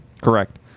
Correct